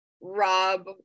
Rob